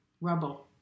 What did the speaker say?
Rubble